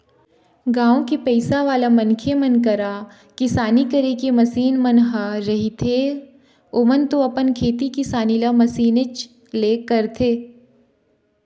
गाँव के पइसावाला मनखे मन करा किसानी करे के मसीन मन ह रहिथेए ओमन तो अपन खेती किसानी ल मशीनेच ले करथे